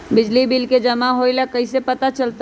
बिजली के बिल जमा होईल ई कैसे पता चलतै?